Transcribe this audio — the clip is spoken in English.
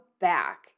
back